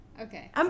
Okay